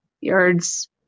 yards